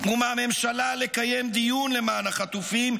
ומהממשלה לקיים דיון למען החטופים,